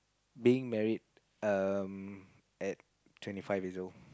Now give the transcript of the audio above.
being married um at twenty five years old